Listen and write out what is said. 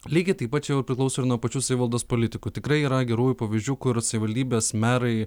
lygiai taip pat čia jau ir priklauso ir nuo pačių savivaldos politikų tikrai yra gerųjų pavyzdžių kur savivaldybės merai